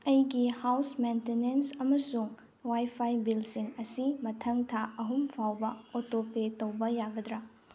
ꯑꯩꯒꯤ house maintenance ꯑꯃꯁꯨꯡ wifi ꯕꯤꯜꯁꯤꯡ ꯑꯁꯤ ꯃꯊꯪ ꯊꯥ ꯑꯍꯨꯝ ꯐꯥꯎꯕ ꯑꯣꯇꯣꯄꯦ ꯇꯧꯕ ꯌꯥꯒꯗ꯭ꯔꯥ